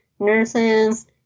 nurses